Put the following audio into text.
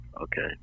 okay